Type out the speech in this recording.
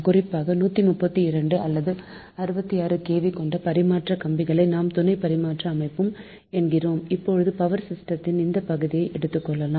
குறிப்பாக 132 அல்லது 66 kV கொண்ட பரிமாற்ற கம்பியை நாம் துணை பரிமாற்ற அமைப்பு என்கிறோம் இப்போது பவர் சிஸ்டத்தின் இந்தப் பகுதியை எடுத்துக்கொள்வோம்